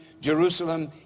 Jerusalem